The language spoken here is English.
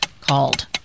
called